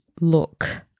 look